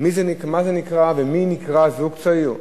מה זה נקרא ומי נקרא זוג צעיר?